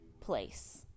place